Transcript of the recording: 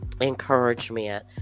encouragement